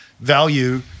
value